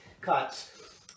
cuts